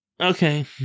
Okay